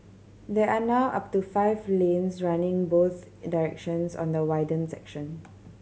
there are now up to five lanes running both in directions on the widened section